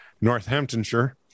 Northamptonshire